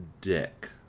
dick